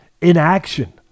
inaction